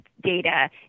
data